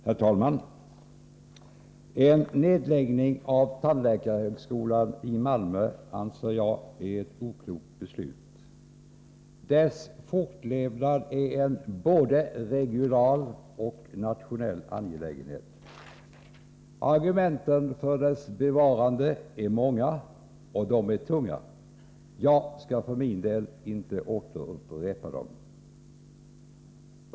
Herr talman! Nedläggning av tandläkarhögskolan i Malmö är, anser jag, ett oklokt beslut. Dess fortlevnad är en både regional och nationell angelägenhet. Argumenten för dess bevarande är många och tunga. Jag skall inte återupprepa dem.